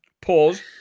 pause